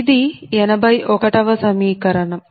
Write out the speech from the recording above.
ఇది 81 వ సమీకరణం